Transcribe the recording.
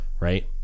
Right